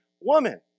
woman